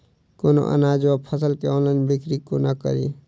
कोनों अनाज वा फसल केँ ऑनलाइन बिक्री कोना कड़ी?